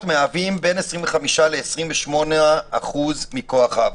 מהווים כ-25%-28% מכוח העבודה.